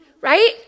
right